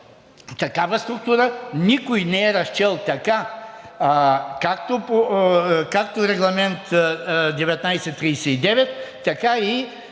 такава структура никой не е разчел така, както е Регламент 1939, така и